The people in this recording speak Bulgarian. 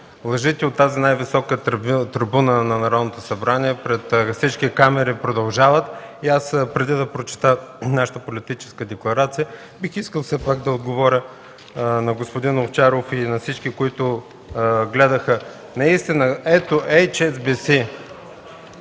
Лъжите от тази най-висока трибуна на Народното събрание пред всички камери продължават и аз, преди да прочета нашата политическа декларация, бих искал все пак да отговоря на господин Овчаров и на всички, които гледаха. Наистина, ето HSBC